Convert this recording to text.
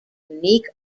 unique